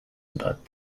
but